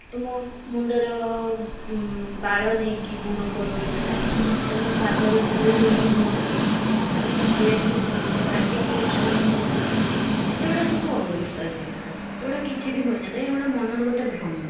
ତୁମ ମୁଣ୍ଡର ବାଳ ନେଇକି ଗୁଣ କରଉଛନ୍ତି ତୁମ ପାଦର ଧୂଳି ନେଇ ଗୁଣ କରୁଛନ୍ତି ତମ ଡ୍ରେସ୍ କାଟିକି ଗୁଣ କରୁଛନ୍ତି ଏ ଗୁଡ଼ାକ ସବୁ ଅନ୍ଧବିଶ୍ୱାସ ଜିନିଷ ଏ ଗୁଡ଼ାକ କିଛି ବି ହୋଇନଥାଏ ଏ ଗୁଡ଼ାକ ମନର ଗୋଟେ ଭ୍ରମ